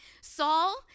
Saul